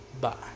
Bye